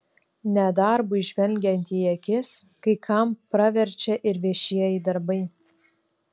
nedarbui žvelgiant į akis kai kam praverčia ir viešieji darbai